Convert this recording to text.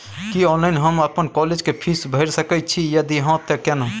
की online हम अपन college के फीस भैर सके छि यदि हाँ त केना?